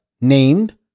named